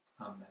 amen